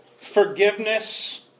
forgiveness